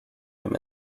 him